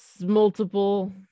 Multiple